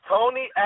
Tony